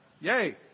yay